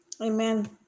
amen